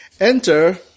Enter